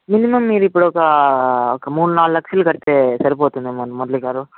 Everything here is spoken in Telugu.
మినిమం మీరు ఇప్పుడు ఒక ఒక మూడు నాలుగు లక్షల కడితే సరిపోతుంది మురళి గారు